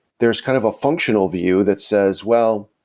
there's kind of a functional view that says well,